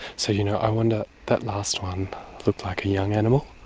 so you know i wonder, that last one looked like a young animal.